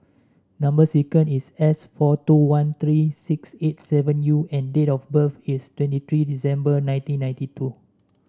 number sequence is S four two one three six eight seven U and date of birth is twenty three December nineteen ninety two